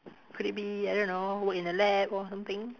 could it be I don't know work in a lab or something